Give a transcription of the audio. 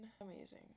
amazing